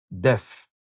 death